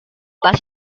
tas